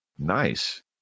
Nice